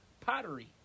pottery